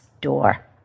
door